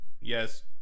yes